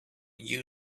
you